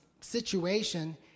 situation